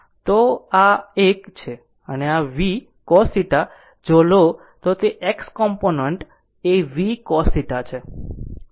તો આ આ એક છે અને આ v cos θ જો લે તો આ x કમ્પોનન્ટ એ v cos θ છે